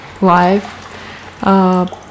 life